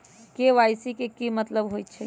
KYC के कि मतलब होइछइ?